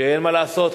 אין מה לעשות,